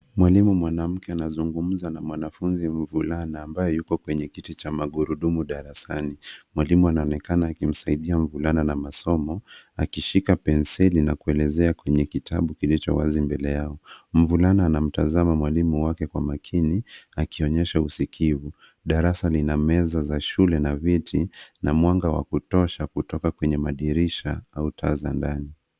mwalimu mwanamke anasungumza mwanafunzi mvulana ambaye yuko kwenye kiti cha magurudumu darasani. mwalimu anaonekana akimsaidia mvulana na masomo akishika penseli na kuelezea kwenye kitabu kilicho wazi mbele yao mvulana anamtazama mwalimu wake kwa makini akionyeshwa usikifu darasa lina meza za shule na viti na mwanga wa kutosha kutoka kwenye madirisha